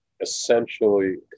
essentially